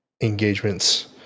engagements